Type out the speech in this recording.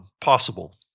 possible